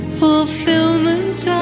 fulfillment